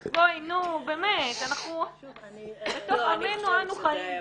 נו, באמת, בתוך עמנו אנו חיים.